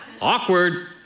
Awkward